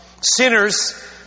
sinners